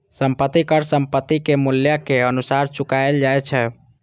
संपत्ति कर संपत्तिक मूल्यक अनुसार चुकाएल जाए छै